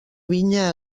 vinya